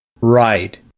Right